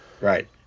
Right